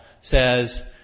says